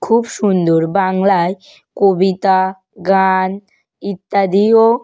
খুব সুন্দর বাংলায় কবিতা গান ইত্যাদিও